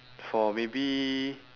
for maybe